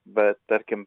bet tarkim